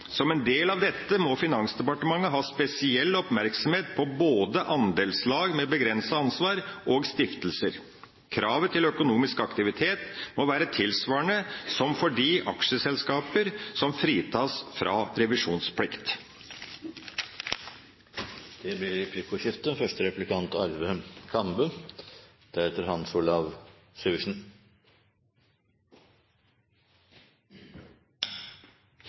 Som en del av dette må Finansdepartementet ha spesiell oppmerksomhet på både andelslag med begrenset ansvar og stiftelser. Kravet til økonomisk aktivitet må være tilsvarende som for de aksjeselskaper som fritas fra revisjonsplikt. Det blir replikkordskifte. Først vil jeg gi honnør til Senterpartiet som både har programfestet å fjerne revisjonsplikten for små selskaper og